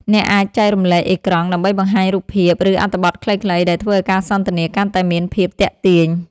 អ្នកអាចចែករំលែកអេក្រង់ ដើម្បីបង្ហាញរូបភាព ឬអត្ថបទខ្លីៗ ដែលធ្វើឱ្យការសន្ទនាកាន់តែមានភាពទាក់ទាញ។